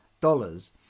dollars